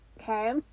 okay